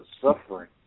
suffering